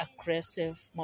aggressive